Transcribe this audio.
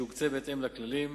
שיוקצה בהתאם לכללים,